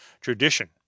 tradition